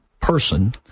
person